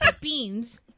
beans